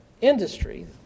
industry